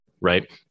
right